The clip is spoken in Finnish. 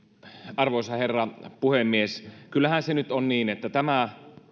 arvoisa herra puhemies kyllähän se nyt on niin että tämä